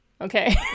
okay